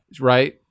right